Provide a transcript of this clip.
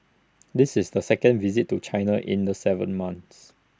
this is the second visit to China in the Seven months